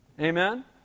Amen